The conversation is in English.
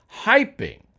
hyping